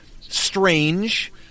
strange